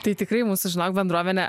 tai tikrai mūsų žinok bendruomenė